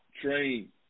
train